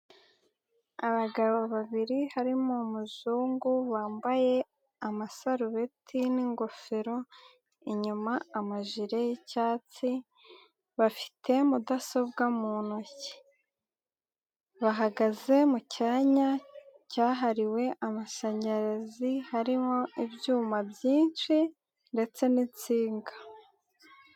Abagabo babiri harimo umuzungu wambaye amasarubeti n'ingofero inyuma amajire y'icyatsi bafite mudasobwa mu ntoki, bahagaze mu cyanya cyahariwe amashanyarazi harimo ibyuma byinshi ndetse n'insinga.